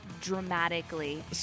dramatically